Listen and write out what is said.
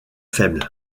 faibles